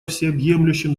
всеобъемлющем